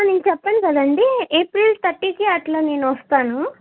నేను చెప్పాను కదండీ ఏప్రిల్ తర్టీకి అట్లా నేను వస్తాను